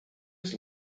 his